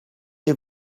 les